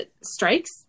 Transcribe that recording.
strikes